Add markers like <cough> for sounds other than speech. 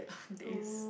<breath> there is